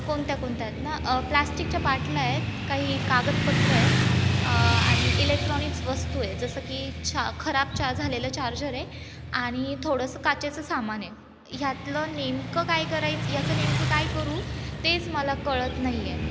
कोणत्या कोणत्या आहेत ना प्लास्टिकच्या बाटल्या आहेत काही कागदपत्रं आहेत आणि इलेक्ट्रॉनिक्स वस्तू आहे जसं की चा खराब चार झालेलं चार्जर आहे आणि थोडंसं काचेचं सामान आहे ह्यातलं नेमकं काय करायच याचं नेमकं काय करू तेच मला कळत नाही आहे